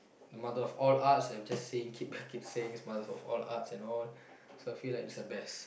the mother of all arts I would just saying keep saying it's mother of all arts and all so i feel this the best